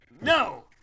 No